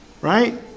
right